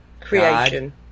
creation